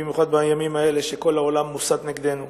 במיוחד בימים האלה שכל העולם מוסת נגדנו.